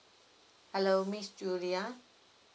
hello miss julia